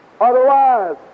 Otherwise